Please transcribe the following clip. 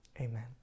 amen